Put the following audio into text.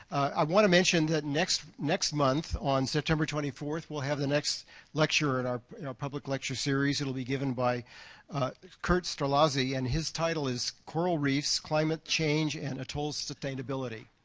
i want to mention that next next month, on september twenty fourth, we'll have the next lecture in our public lecture series. it'll be given by curt storlazzi, and his title is coral reefs, climate change, and atoll sustainability.